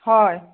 হয়